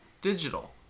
digital